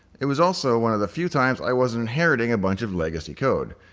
it was also one of the few times i wasn't inheriting a bunch of legacy code.